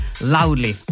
loudly